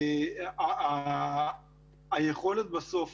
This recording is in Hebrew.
היכולת בסוף